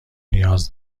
نیاز